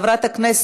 בעד, 26 חברי כנסת,